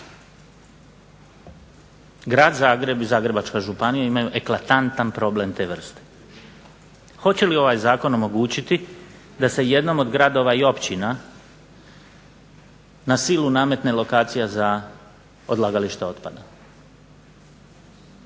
Grad Zagreb i Zagrebačka županija imaju eklatantan problem te vrste. Hoće li ovaj zakon omogućiti da se jednom od gradova i općina na silu nametne lokacija za odlagalište otpada?